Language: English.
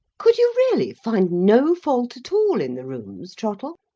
could you really find no fault at all in the rooms, trottle?